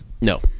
No